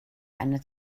einer